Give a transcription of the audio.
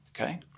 okay